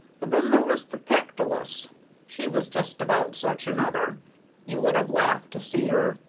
then there was the pactolus she was just about such another you would have laughed to see her.